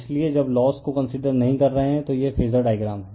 इसलिए जब लोस को कंसीडर नहीं कर रहे हैं तो यह फेजर डायग्राम है